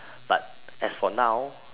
but as for now